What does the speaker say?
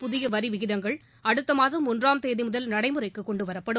புதிய வரி விகிதங்கள் அடுத்த மாதம் ஒன்றாம் தேதி முதல் நடைமுறைக்கு கொண்டுவரப்படும்